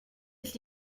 être